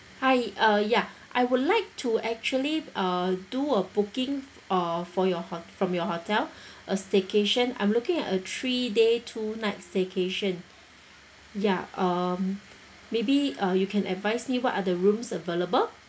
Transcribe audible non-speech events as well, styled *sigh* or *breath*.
hi uh ya I would like to actually uh do a booking uh for your ho~ from your hotel *breath* a staycation I'm looking at a three day two night staycation ya um maybe uh you can advise me what are the rooms available